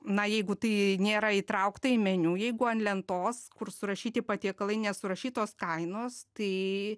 na jeigu tai nėra įtraukta į meniu jeigu ant lentos kur surašyti patiekalai nesurašytos kainos tai